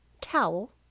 towel